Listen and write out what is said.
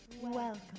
Welcome